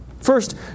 First